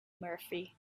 murphy